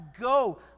go